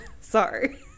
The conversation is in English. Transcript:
Sorry